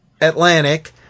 Atlantic